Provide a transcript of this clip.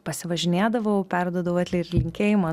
pasivažinėdavau perduodu vat ir linkėjimą